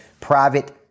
Private